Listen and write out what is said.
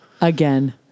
Again